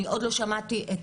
אני עוד לא שמעתי את